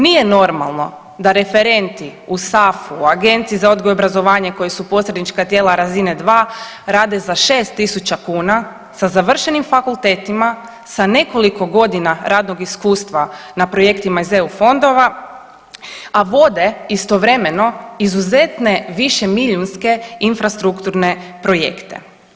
Nije normalno da referenti u SAFU, u Agenciji za odgoj i obrazovanje koji su posrednička tijela razine dva rade za 6000 kuna sa završenim fakultetima, sa nekoliko godina radnog iskustva na projektima iz EU fondova, a vode istovremeno izuzetne višemilijunske infrastrukturne projekte.